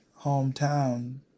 hometown